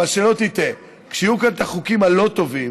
אבל שלא תטעה: כשיהיו כאן החוקים הלא-טובים,